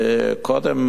וקודם